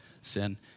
sin